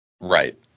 Right